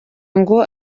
ngo